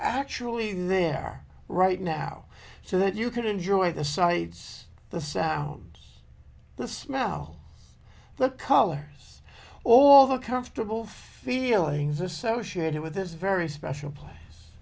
actually there right now so that you could enjoy the sights the sounds the smell the colors all the comfortable feelings associated with this very special place